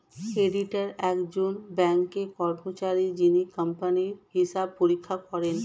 auditor একজন ব্যাঙ্কের কর্মচারী যিনি কোম্পানির হিসাব পরীক্ষা করেন